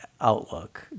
outlook